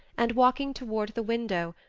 and walking toward the window,